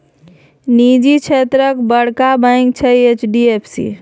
निजी क्षेत्रक बड़का बैंक छै एच.डी.एफ.सी